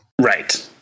Right